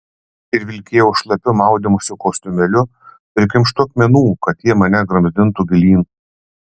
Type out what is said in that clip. ir vilkėjau šlapiu maudymosi kostiumėliu prikimštu akmenų kad tie mane gramzdintų gilyn